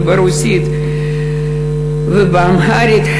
ברוסית ובאמהרית.